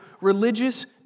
religious